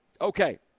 Okay